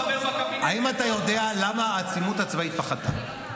האם אתה יודע למה העצימות הצבאית פחתה?